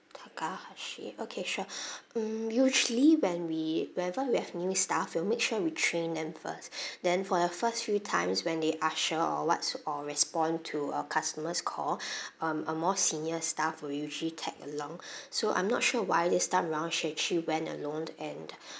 takahashi okay sure mm usually when we whenever we have new staff we'll make sure we train them first then for the first few times when they usher or what's or respond to our customers' call um a more senior staff will usually tag along so I'm not sure why this time round she actually went alone and